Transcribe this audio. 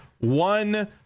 one